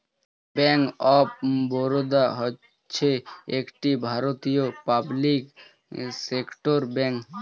bank of Baroda হচ্ছে একটি ভারতীয় পাবলিক সেক্টর ব্যাঙ্ক